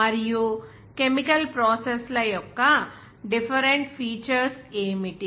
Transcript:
మరియు chemical process ల యొక్క డిఫరెంట్ ఫీచర్స్ ఏమిటి